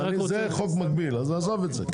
אז עזוב את זה.